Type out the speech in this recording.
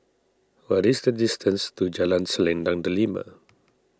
what is the distance to Jalan Selendang Delima